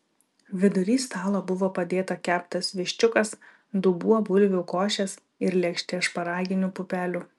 vidury stalo buvo padėta keptas viščiukas dubuo bulvių košės ir lėkštė šparaginių pupelių